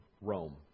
Rome